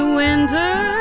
winter